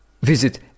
Visit